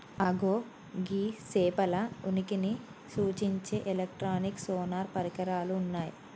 అగో గీ సేపల ఉనికిని సూచించే ఎలక్ట్రానిక్ సోనార్ పరికరాలు ఉన్నయ్యి